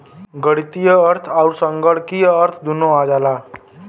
गणीतीय अर्थ अउर संगणकीय अर्थ दुन्नो आ जाला